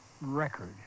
record